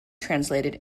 translated